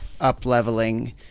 up-leveling